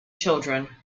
children